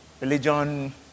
religion